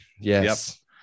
Yes